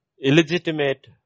illegitimate